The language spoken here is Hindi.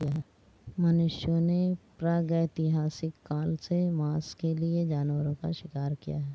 मनुष्यों ने प्रागैतिहासिक काल से मांस के लिए जानवरों का शिकार किया है